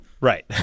Right